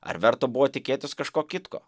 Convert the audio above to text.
ar verta buvo tikėtis kažko kitko